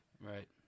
Right